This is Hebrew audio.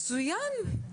מצוין.